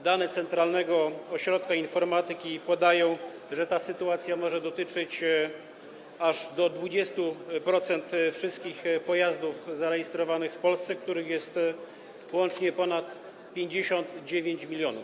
Z danych Centralnego Ośrodka Informatyki wynika, że ta sytuacja może dotyczyć aż do 20% wszystkich pojazdów zarejestrowanych w Polsce, których jest łącznie ponad 59 mln.